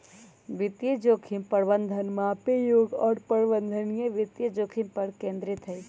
वित्तीय जोखिम प्रबंधन मापे योग्य और प्रबंधनीय वित्तीय जोखिम पर केंद्रित हई